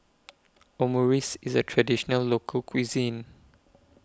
Omurice IS A Traditional Local Cuisine